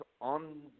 on